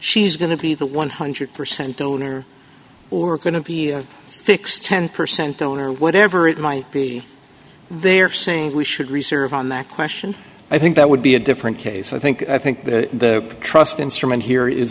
she's going to be the one hundred percent owner or going to be fixed ten percent owner or whatever it might be they're saying we should reserve on that question i think that would be a different case i think i think the trust instrument here is